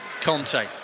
Conte